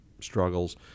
struggles